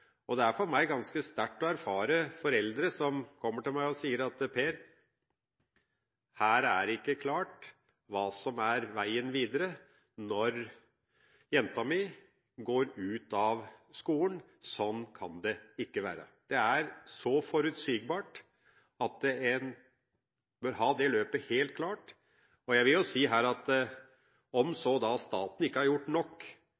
utviklingsløpet. Det er for meg ganske sterkt å erfare foreldre som kommer til meg og sier: Per, her er det ikke klart hva som er veien videre når jenta mi går ut av skolen. Sånn kan det ikke være. Det er så forutsigbart at en bør ha det løpet helt klart. Om så staten ikke har gjort nok, har jo